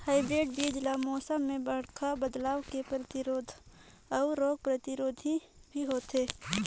hybrid बीज ल मौसम में बड़खा बदलाव के प्रतिरोधी अऊ रोग प्रतिरोधी भी होथे